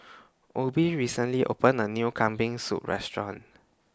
Obie recently opened A New Kambing Soup Restaurant